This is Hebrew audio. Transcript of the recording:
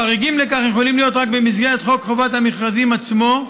חריגים לכך יכולים להיות רק במסגרת חוק חובת המכרזים עצמו,